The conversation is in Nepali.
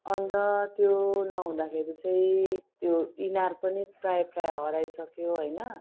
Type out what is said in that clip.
अन्त त्यो नहुँदाखेरि चाहिँ त्यो इनार पनि प्रायः प्रायः हराइसक्यो होइन